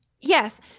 Yes